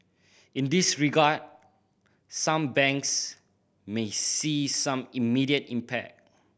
in this regard some banks may see some immediate impact